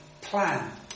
plan